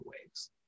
waves